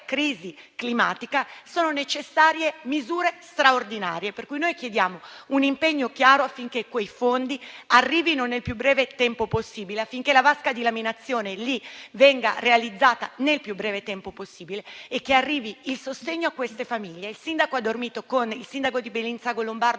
crisi climatica, sono necessarie misure straordinarie, per cui chiediamo un impegno chiaro affinché quei fondi arrivino nel più breve tempo possibile, affinché la vasca di laminazione lì venga realizzata nel più breve tempo possibile e arrivi il sostegno a queste famiglie. Il sindaco di Bellinzago Lombardo